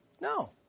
No